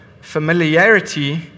familiarity